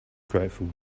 grateful